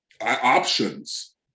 Options